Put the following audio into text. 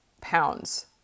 pounds